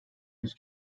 yüz